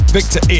Victor